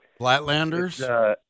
Flatlanders